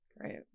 Great